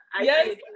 Yes